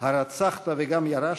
"הרצחת וגם ירשת?"